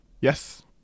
Yes